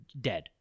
dead